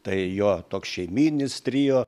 tai jo toks šeimyninis trio